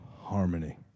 harmony